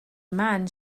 man